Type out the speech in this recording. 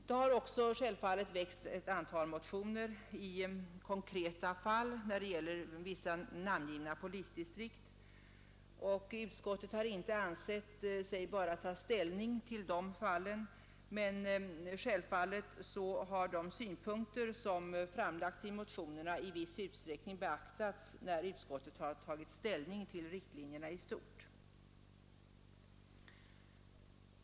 Det har också självfallet väckts ett antal motioner i konkreta fall, när det gäller vissa namngivna polisdistrikt. Utskottet har inte ansett sig böra ta ställning till dessa fall, men självfallet har de synpunkter som framlagts i motionerna i viss utsträckning beaktats när utskottet tagit ställning till riktlinjerna i stort.